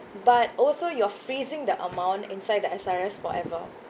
but also you're freezing the amount inside the S_R_S forever